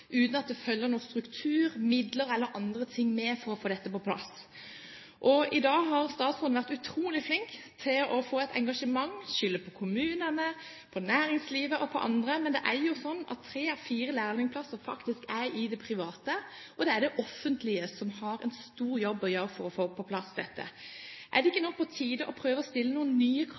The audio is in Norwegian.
uten at det følger noe struktur, midler eller andre ting med for å få dette på plass. I dag har statsråden vært utrolig flink til å få et engasjement, skylde på kommunene, på næringslivet og på andre. Men det er jo slik at tre av fire lærlingplasser faktisk er i det private, og det er det offentlige som har en stor jobb å gjøre for å få på plass dette. Er det ikke på tide å stille noen nye krav